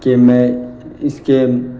کہ میں اس کے